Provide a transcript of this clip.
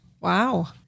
Wow